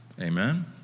Amen